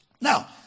Now